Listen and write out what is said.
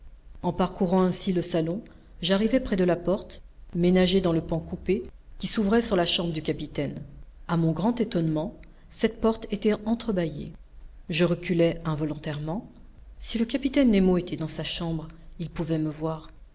en parcourant ainsi le salon j'arrivai près de la porte ménagée dans le pan coupé qui s'ouvrait sur la chambre du capitaine a mon grand étonnement cette porte était entrebâillée je reculai involontairement si le capitaine nemo était dans sa chambre il pouvait me voir